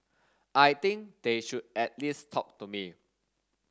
I think they should at least talk to me